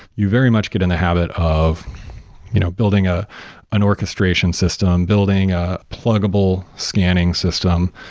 you very much get in the habit of you know building ah an orchestration system, building a pluggable scanning system,